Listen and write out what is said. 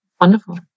wonderful